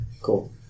Cool